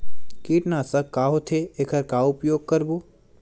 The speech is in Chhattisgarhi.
कीटनाशक का होथे एखर का उपयोग करबो?